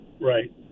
Right